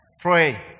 Pray